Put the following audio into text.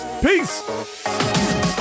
Peace